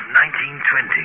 1920